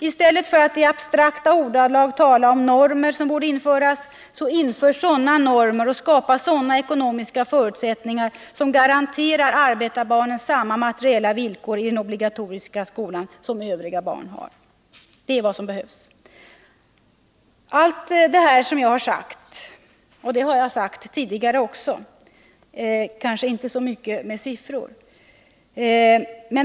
I stället för att i abstrakta ordalag tala om normer som borde införas behöver man införa sådana normer och skapa sådana ekonomiska förutsättningar som garanterar arbetarbarnen samma materiella villkor i den obligatoriska skolan som övriga barn har. Allt det som jag har sagt nu har jag sagt tidigare också, men kanske inte så mycket med stöd av siffror.